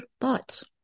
thoughts